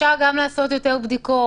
גם לעשות יותר בדיקות,